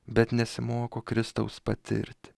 bet nesimoko kristaus patirt